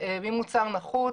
ממוצר נחות,